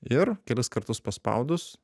ir kelis kartus paspaudus